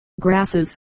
grasses